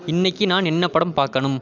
இன்றைக்கி நான் என்ன படம் பாக்கணும்